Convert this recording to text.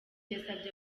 yasabye